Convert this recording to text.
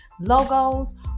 logos